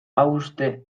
hauste